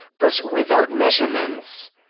but without measurements.